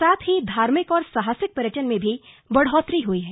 साथ ही धार्मिक और साहसिक पर्यटन में भी बढ़ोत्तरी हुई है